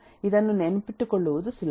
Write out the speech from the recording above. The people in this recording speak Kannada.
ಇದನ್ನು ನೆನಪಿಟ್ಟುಕೊಳ್ಳುವುದು ಸುಲಭ